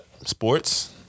sports